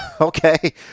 Okay